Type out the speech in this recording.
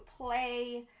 play